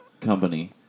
company